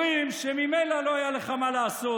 אומרים שממילא לא היה לך מה לעשות,